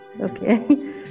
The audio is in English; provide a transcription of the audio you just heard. Okay